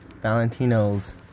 Valentino's